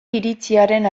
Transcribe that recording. iritziaren